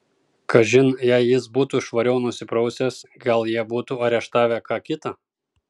kažin jei jis būtų švariau nusiprausęs gal jie būtų areštavę ką kitą